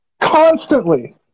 constantly